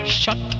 shut